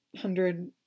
hundred